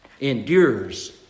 endures